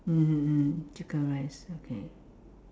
mmhmm mm chicken rice okay